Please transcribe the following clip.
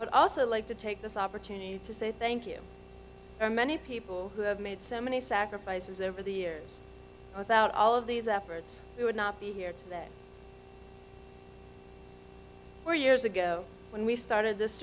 i also like to take this opportunity to say thank you for many people who have made so many sacrifices over the years without all of these efforts we would not be here four years ago when we started this